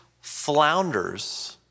flounders